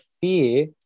fear